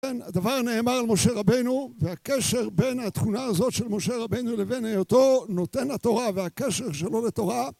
הדבר נאמר על משה רבנו והקשר בין התכונה הזאת של משה רבנו לבין היותו נותן התורה והקשר שלו לתורה